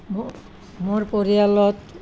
মোৰ মোৰ পৰিয়ালত